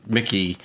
Mickey